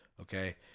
Okay